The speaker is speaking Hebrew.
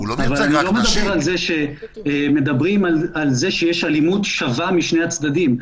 אבל לא מדברים על כך שיש אלימות שווה משני הצדדים.